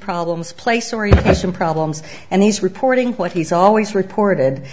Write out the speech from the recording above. problems place or he has some problems and he's reporting what he's always reported